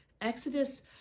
Exodus